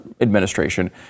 administration